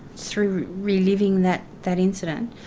through reliving that that incident,